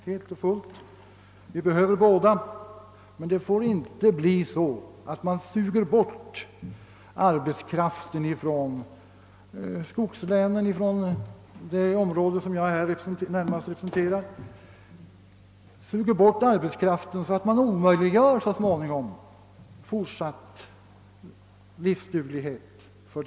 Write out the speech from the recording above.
Båda formerna av insatser behövs, men det får inte bli så att arbetskraften sugs bort från skogslänen i allmänhet eller från det område som jag närmast representerar, varigenom förutsättningarna för en fortsatt funktionduglighet hos denna region så småningom omintetgörs.